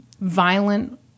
violent